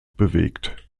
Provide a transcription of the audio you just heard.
bewegt